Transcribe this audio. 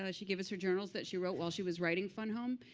ah she gave us her journals that she wrote while she was writing fun home.